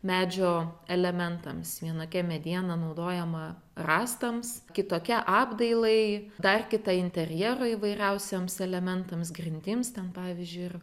medžio elementams vienokia mediena naudojama rąstams kitokia apdailai dar kita interjero įvairiausiems elementams grindims ten pavyzdžiui ir